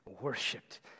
worshipped